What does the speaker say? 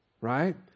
right